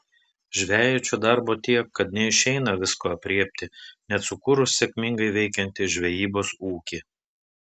žvejui čia darbo tiek kad neišeina visko aprėpti net sukūrus sėkmingai veikiantį žvejybos ūkį